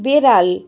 বেড়াল